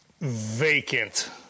vacant